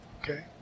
okay